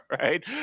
right